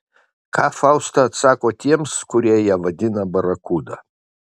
ką fausta atsako tiems kurie ją vadina barakuda